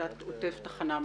מעמותת עוטף תחנה מרכזית.